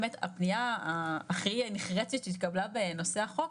באמת הפניה הכי "נחרצת שהתקבלה בנושא החוק,